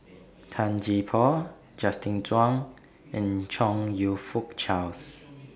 Tan Gee Paw Justin Zhuang and Chong YOU Fook Charles